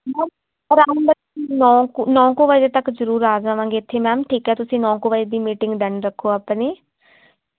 ਨੌ ਨੌ ਕੁ ਵਜੇ ਤੱਕ ਜ਼ਰੂਰ ਆ ਜਾਵਾਂਗੇ ਇੱਥੇ ਮੈਮ ਠੀਕ ਹੈ ਤੁਸੀਂ ਨੌ ਕੁ ਵਜੇ ਦੀ ਮੀਟਿੰਗ ਡਨ ਰੱਖੋ ਆਪਣੀ